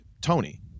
Tony